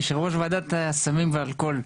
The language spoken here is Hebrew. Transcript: יושב-ראש ועדת הסמים ואלכוהול.